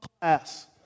class